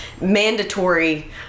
mandatory